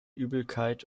übelkeit